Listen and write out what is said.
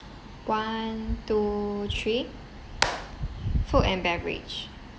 one two three food and beverage